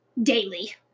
daily